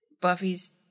Buffy's